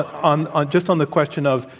ah on on just on the question of,